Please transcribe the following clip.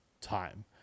time